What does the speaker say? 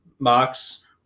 box